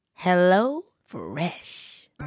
HelloFresh